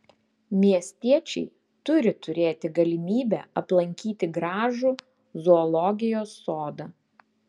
miestiečiai turi turėti galimybę aplankyti gražų zoologijos sodą